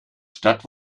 stadt